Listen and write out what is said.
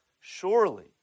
surely